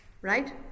Right